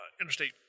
Interstate